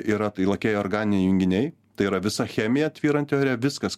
yra lakieji organiniai junginiai tai yra visa chemija tvyranti ore viskas